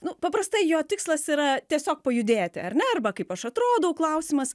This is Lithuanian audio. nu paprastai jo tikslas yra tiesiog pajudėti ar ne arba kaip aš atrodau klausimas